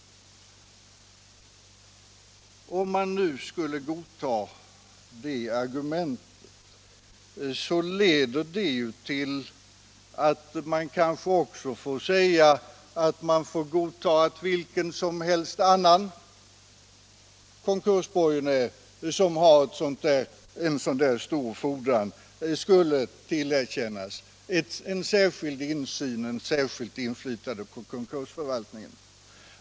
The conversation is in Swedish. Om man godtar det argumentet, leder det till att man också bör godta att vilken som helst annan konkursborgenär, som har en stor fordran skulle tillerkännas en särskild insyn i och ett särskilt inflytande över konkursförvaltningen.